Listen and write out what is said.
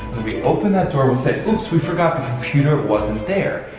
we open that door, we say oops, we forgot the computer wasn't there,